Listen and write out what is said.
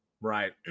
right